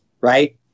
right